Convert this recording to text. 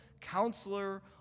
counselor